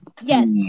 Yes